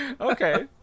okay